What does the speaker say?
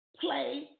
play